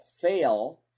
fail